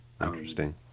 Interesting